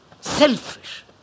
selfish